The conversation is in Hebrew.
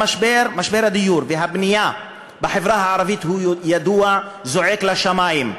משבר הדיור והבנייה בחברה הערבית ידוע וזועק לשמים,